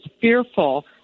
fearful